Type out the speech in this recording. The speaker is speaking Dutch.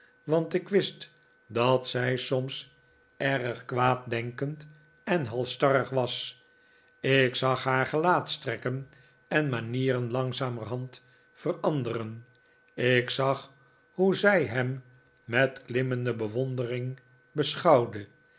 want ik wist dat zij soms erg kwaaddenkend en halsstarrig was ik zag haar gelaatstrekken en manieren langzamerhand veranderen ik zag hoe zij hem met klimmende bewondering beschouwde